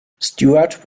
stewart